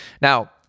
Now